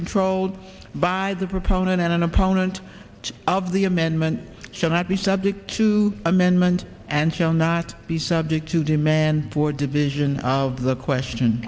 controlled by the proponent and an opponent of the amendment shall not be subject to amendment and shall not be subject to demand for division of the question